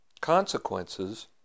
consequences